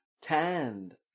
tanned